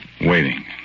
waiting